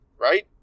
right